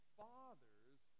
father's